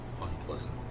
unpleasant